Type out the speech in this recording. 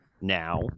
now